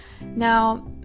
Now